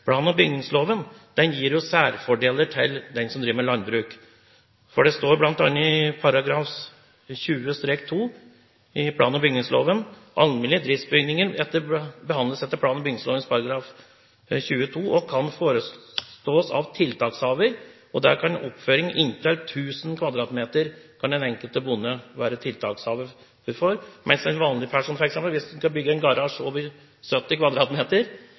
plan- og bygningsloven. Den gir jo særfordeler for dem som driver med landbruk. Det står bl.a. i plan- og bygningsloven at alminnelige driftsbygninger behandles etter lovens § 20-2 og kan «forestås av tiltakshaver». Ved oppføring inntil 1 000 m2 kan den enkelte bonde være tiltakshaver, mens det for en vanlig person, som f.eks. skal bygge en garasje på over 70